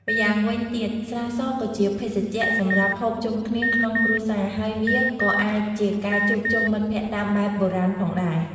ម្យ៉ាងវិញទៀត ស្រាសក៏ជាភេសជ្ជៈសម្រាប់ ហូបជុំគ្នាក្នុងគ្រួសារ ហើយវាក៏អាចជាការជួបជុំមិត្តភក្តិតាមបែបបុរាណផងដែរ។